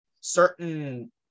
certain